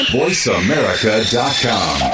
voiceamerica.com